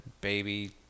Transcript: baby